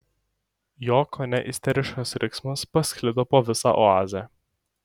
jo kone isteriškas riksmas pasklido po visą oazę